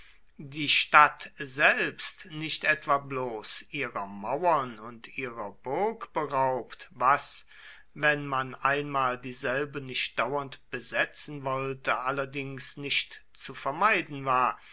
die stadt selbst nicht etwa bloß ihrer mauern und ihrer burg beraubt was wenn man einmal dieselbe nicht dauernd besetzen wollte allerdings nicht zu vermeiden war